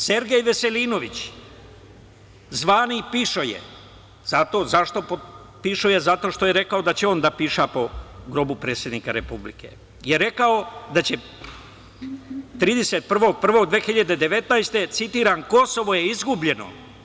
Sergej Veselinović, zvani pišoje, pišoje zato što je rekao da će on da piša po grobu predsednika Republike, on je rekao 31. januara 2019. godine, citiram, "Kosovo je izgubljeno.